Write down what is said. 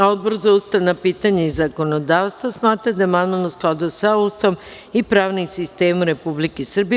Odbor za ustavna pitanja i zakonodavstvo smatra da je amandman u skladu sa Ustavom i pravnim sistemom Republike Srbije.